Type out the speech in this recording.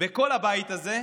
בכל הבית הזה,